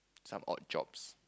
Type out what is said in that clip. some odd jobs